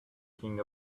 king